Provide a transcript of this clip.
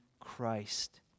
christ